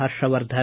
Harshvardhan